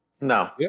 No